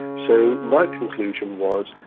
so, my conclusion was,